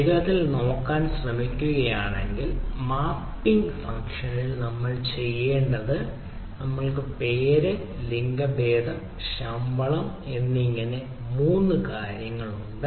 വേഗത്തിൽ നോക്കാൻ നമ്മൾ ശ്രമിക്കുകയാണെങ്കിൽ മാപ്പിംഗ് ഫംഗ്ഷനിൽ നമ്മൾ എന്താണ് ചെയ്യുന്നത് നമ്മൾക്ക് പേര് ലിംഗഭേദം ശമ്പളം എന്നിങ്ങനെ മൂന്ന് കാര്യങ്ങളുണ്ട്